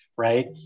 Right